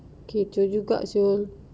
kejut juga [sial]